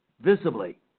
visibly